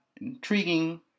intriguing